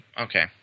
okay